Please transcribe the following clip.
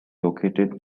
located